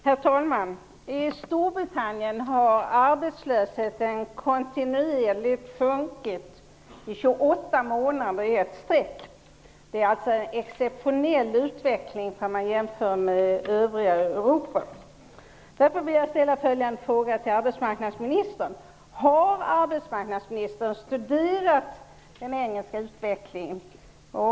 Herr talman! I Storbritannien har arbetslösheten kontinuerligt sjunkit i 28 månader i sträck. Det är en exceptionell utveckling om man jämför med övriga Därför vill jag ställa följande fråga till arbetsmarknadsministern: Har arbetsmarknadsministern studerat den engelska utvecklingen?